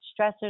stressors